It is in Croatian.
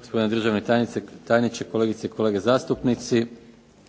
gospodine državni tajniče, kolegice i kolege zastupnici.